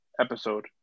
episode